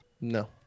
No